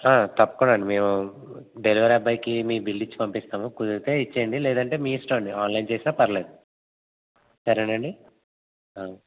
తప్పకుండా అండి మేము డెలివరీ అబ్బాయికి మీ బిల్ ఇచ్చి పంపిస్తాము కుదిరితే ఇచ్చేయండి లేదంటే మీ ఇష్టం అండి ఆన్లైన్ చేసిన పర్లేదు సరే అండి